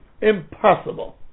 impossible